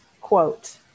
quote